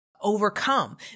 overcome